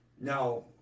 now